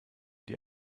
die